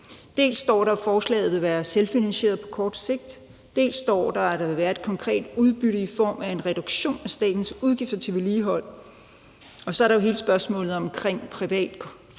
Dels står der, at forslaget vil være selvfinansieret på kort sigt, dels står der, at der vil være et konkret udbytte i form af en reduktion af statens udgifter til vedligehold. Og så er der hele spørgsmålet om privat eje